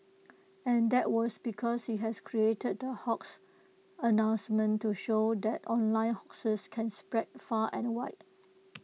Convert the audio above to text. and that was because he has created the hoax announcement to show that online hoaxes can spread far and wide